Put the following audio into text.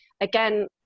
again